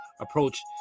approach